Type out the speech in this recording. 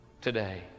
today